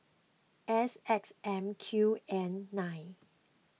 S X M Q N nine